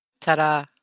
Ta-da